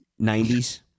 90s